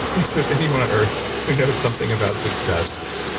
if there's anyone on earth who knows something about success,